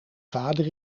vader